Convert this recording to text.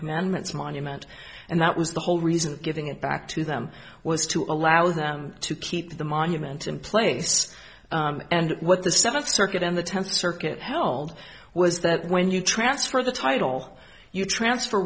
commandments monument and that was the whole reason giving it back to them was to allow them to keep the monument in place and what the seventh circuit in the tenth circuit held was that when you transfer the title you transfer